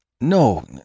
No